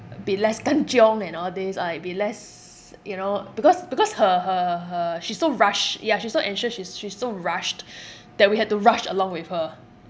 be less kan cheong and all these or like be less you know because because her her her she's so rush ya she's so anxious she's she's so rushed that we had to rush along with her